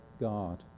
god